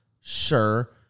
Sure